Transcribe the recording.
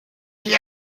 wie